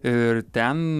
ir ten